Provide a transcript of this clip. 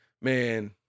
man